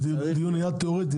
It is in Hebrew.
הדיון היה תאורטי,